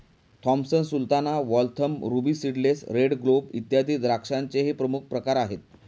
Thompson Sultana, Waltham, Ruby seedless, red globe, इत्यादी द्राक्षांचेही प्रमुख प्रकार आहेत